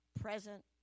present